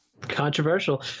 Controversial